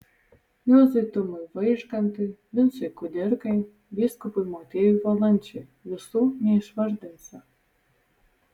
juozui tumui vaižgantui vincui kudirkai vyskupui motiejui valančiui visų neišvardinsi